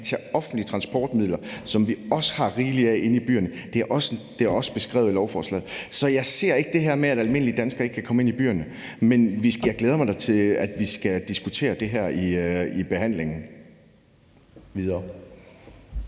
tage offentlige transportmidler, som vi også har rigelig inde i byerne. Det er også beskrevet i lovforslaget. Så jeg ser ikke det her med, at almindelige danskere ikke kan komme ind i byerne; men jeg glæder mig da til, at vi skal diskutere det her videre i behandlingen. Kl.